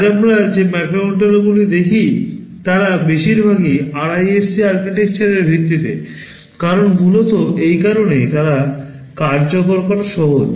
আজ আমরা যে মাইক্রোকন্ট্রোলারগুলি দেখি তারা বেশিরভাগই RISC আর্কিটেকচারের ভিত্তিতে কারণ মূলত এই কারণেই তাদের কার্যকর করা সহজ